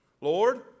Lord